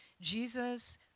Jesus